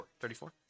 34